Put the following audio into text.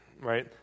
right